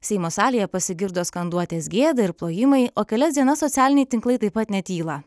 seimo salėje pasigirdo skanduotės gėda ir plojimai o kelias dienas socialiniai tinklai taip pat netyla